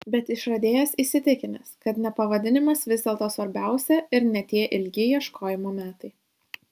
bet išradėjas įsitikinęs kad ne pavadinimas vis dėlto svarbiausia ir ne tie ilgi ieškojimo metai